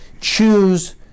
choose